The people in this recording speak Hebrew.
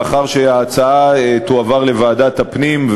לאחר שההצעה תועבר לוועדת הפנים,